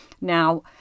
Now